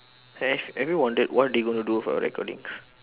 have have you ever wondered what they're going to do with our recordings